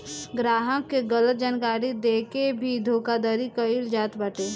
ग्राहक के गलत जानकारी देके के भी धोखाधड़ी कईल जात बाटे